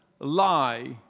lie